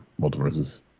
multiverses